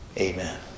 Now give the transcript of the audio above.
Amen